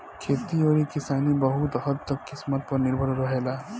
खेती अउरी किसानी बहुत हद्द तक किस्मत पर निर्भर रहेला